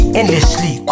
endlessly